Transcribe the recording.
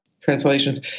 translations